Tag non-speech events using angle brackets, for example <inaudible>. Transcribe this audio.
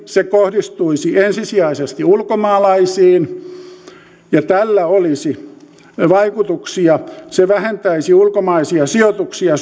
se kohdistuisi ensisijaisesti ulkomaalaisiin ja tällä olisi vaikutuksia se vähentäisi ulkomaisia sijoituksia <unintelligible>